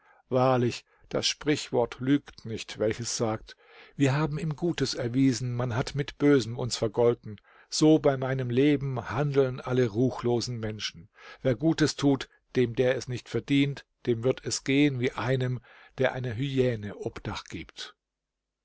wahrlich das sprichwort lügt nicht welches sagt wir haben ihm gutes erwiesen man hat mit bösem uns vergolten so bei meinem leben handeln alle ruchlosen menschen wer gutes tut dem der es nicht verdient dem wird es gehen wie einem der einer hyäne obdach gibt